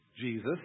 Jesus